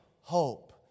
hope